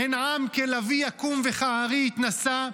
"הן עם כלביא יקום וכארי יתנשא".